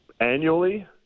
annually